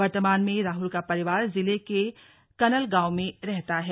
वर्तमान में राहुल का परिवार जिले के कनलगांव में रहता है